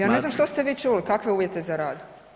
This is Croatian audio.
Ja ne znam što ste vi čuli, kakve uvjete za rad?